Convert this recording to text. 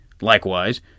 Likewise